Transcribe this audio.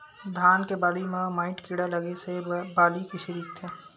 धान के बालि म माईट कीड़ा लगे से बालि कइसे दिखथे?